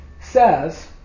says